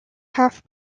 half